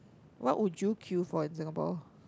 what would you queue for in Singapore